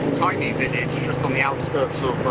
tiny village just on the outskirts